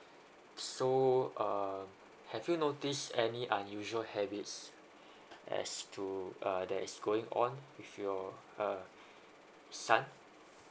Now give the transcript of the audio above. so um have you noticed any unusual habits as to uh that is going on with your uh son